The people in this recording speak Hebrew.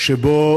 שבו